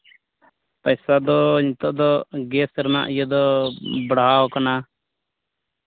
ᱯᱚᱭᱥᱟ ᱫᱚ ᱱᱤᱛᱚᱜ ᱫᱚ ᱜᱮᱥ ᱨᱮᱱᱟᱜ ᱤᱭᱟᱹ ᱫᱚ ᱵᱟᱲᱦᱟᱣ ᱠᱟᱱᱟ